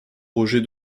roger